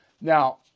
Now